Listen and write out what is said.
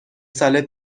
سال